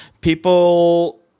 people